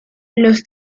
los